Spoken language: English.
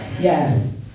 Yes